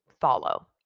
follow